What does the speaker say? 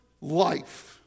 life